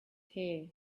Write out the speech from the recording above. hair